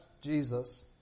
Jesus